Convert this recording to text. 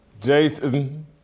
Jason